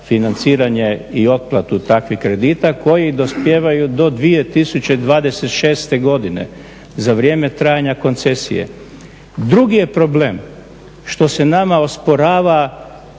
i otplatu takvih kredita koji dospijevaju do 2026. godine za vrijeme trajanja koncesije. Drugi je problem, što se nama osporava